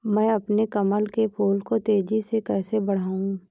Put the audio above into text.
मैं अपने कमल के फूल को तेजी से कैसे बढाऊं?